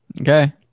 Okay